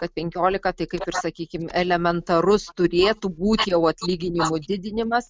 kad penkiolika tai kaip ir sakykim elementarus turėtų būti jau atlyginimų didinimas